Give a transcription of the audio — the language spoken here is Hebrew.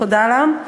תודה לה,